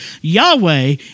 Yahweh